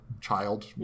child